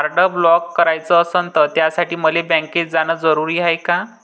Card block कराच असनं त त्यासाठी मले बँकेत जानं जरुरी हाय का?